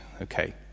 Okay